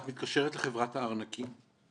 את מתקשרת לחברת הארנקים?